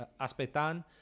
aspetan